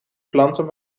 planten